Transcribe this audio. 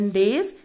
days